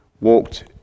walked